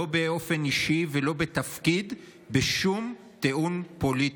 לא באופן אישי ולא בתפקיד, בשום טיעון פוליטי.